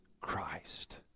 Christ